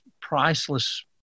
priceless